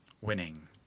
Winning